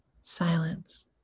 silence